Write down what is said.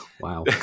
Wow